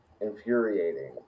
infuriating